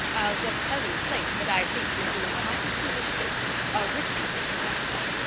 i'll just tell you plain that i think you're doing a mighty foolish thing a risky thing, that's what.